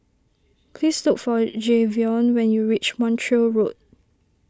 please look for Jayvion when you reach Montreal Road